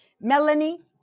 Melanie